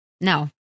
No